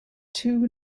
two